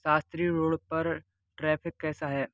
Shastri road पर traffic कैसा है